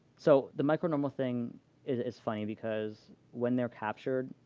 so the micro normal thing is is funny because when they're captured,